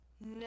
No